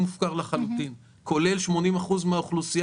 בלי מפה האירוע הזה מופקר לחלוטין כולל 80% מהאוכלוסייה